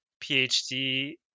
PhD